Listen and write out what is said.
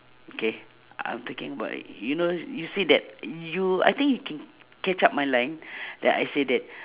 okay I'm talking about you know you say that you I think you can catch up my life that I say that